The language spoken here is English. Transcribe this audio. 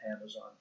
Amazon